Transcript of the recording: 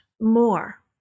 more